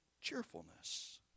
cheerfulness